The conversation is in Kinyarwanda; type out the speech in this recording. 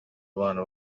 abana